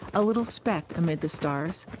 a little speck amid the stars.